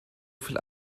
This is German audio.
viel